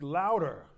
louder